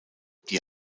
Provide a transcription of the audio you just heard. die